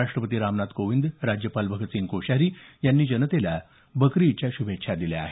राष्ट्रपती रामनाथ कोविंद राज्यपाल भगतसिंह कोश्यारी यांनी जनतेला बकरी ईदच्या शुभेच्छा दिल्या आहेत